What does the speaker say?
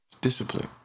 Discipline